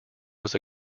was